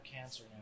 cancer